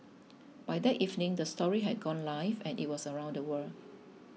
by that evening the story had gone live and it was around the world